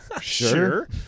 Sure